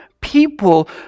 people